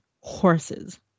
horses